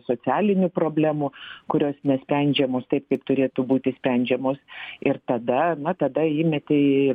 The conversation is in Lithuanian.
socialinių problemų kurios nesprendžiamos taip kaip turėtų būti sprendžiamos ir tada na tada įmeti į